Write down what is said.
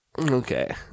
Okay